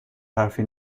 حرفی